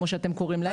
כמו שאתם קוראים להם.